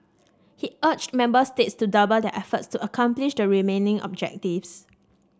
he urged member states to double their efforts to accomplish the remaining objectives